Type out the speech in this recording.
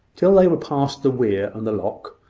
till they were past the weir and the lock,